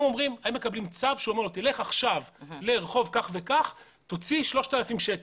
הם מקבלים צו שאומר להם "לך עכשיו לרחוב מסוים ותוציא 3,000 שקלים"